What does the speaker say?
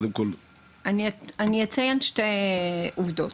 אציין שתי עובדות: